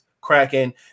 cracking